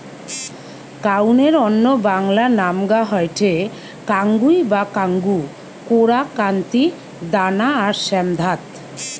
কাউনের অন্য বাংলা নামগা হয়ঠে কাঙ্গুই বা কাঙ্গু, কোরা, কান্তি, দানা আর শ্যামধাত